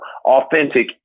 authentic